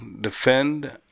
defend